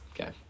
Okay